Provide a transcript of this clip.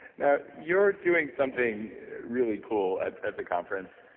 now, you're doing something really cool at at the conference.